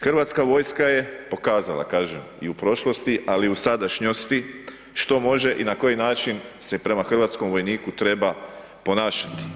Hrvatska vojska je pokazala, kažem, i u prošlosti, ali i u sadašnjosti, što može i na koji način se prema hrvatskom vojniku treba ponašati.